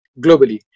globally